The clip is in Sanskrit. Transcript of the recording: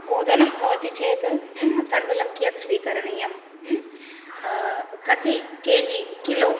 ओदनं भवति चेत् तण्डुलं कियत् स्वीकरणीयं कति के जि किलो